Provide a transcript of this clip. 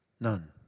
None